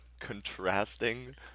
contrasting